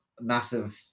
massive